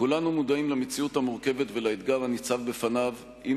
כולנו מודעים למציאות המורכבת ולאתגר הניצב בפניו עם